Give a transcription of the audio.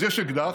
אז יש אקדח,